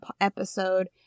episode